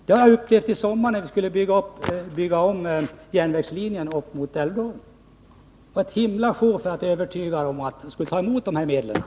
Det upplevde jag i somras när vi skulle bygga om järnvägslinjen upp mot Älvdalen. Det var ett himla sjå att övertyga SJ om att ta emot dessa medel.